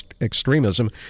extremism